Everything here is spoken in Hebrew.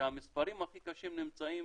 ושהמספרים הכי קשים נמצאים,